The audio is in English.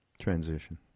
transition